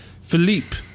Philippe